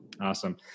Awesome